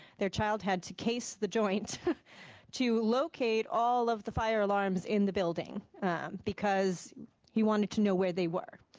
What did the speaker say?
their child had to case the joint to locate all of the fire alarms in the building because he wanted to know where they were.